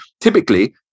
typically